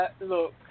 look